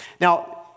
Now